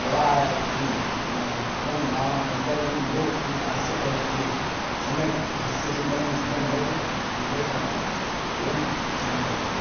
व्यवहारं कथं कथं धावामः इत्यादिकं बहु सम्यक् हास्यप्रवृत्तिः सम्यक् हास्यचिन्तनं सम्यक् भवति मित्रैः साकम् एवं चारणविषये